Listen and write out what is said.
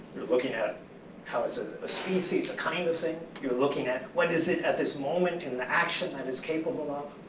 you're looking at how does ah a species a kind of thing you're looking at what is it at this moment in the action that is capable of?